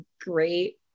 great